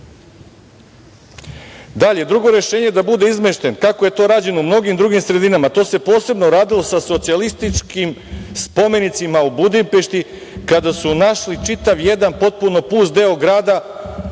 napisano. Drugo rešenje je da bude izmešten kako je to rađeno u mnogim drugim sredinama. To se posebno radilo sa socijalističkim spomenicima u Budimpešti, kada su našli čitav jedan potpuno pust deo grada